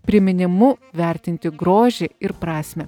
priminimu vertinti grožį ir prasmę